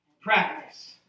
Practice